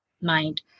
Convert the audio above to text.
mind